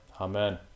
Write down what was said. Amen